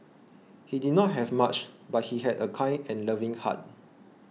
he did not have much but he had a kind and loving heart